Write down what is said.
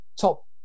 top